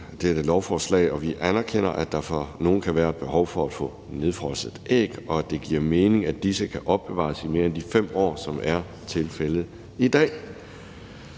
dette lovforslag, og vi anerkender, at der for nogle kan være behov for at få nedfrosset æg, og at det giver mening, at disse kan opbevares i mere end de 5 år, som er tilfældet i dag.